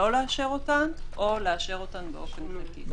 לא לאשר אותן או לאשר אותן באופן חלקי.